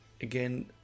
Again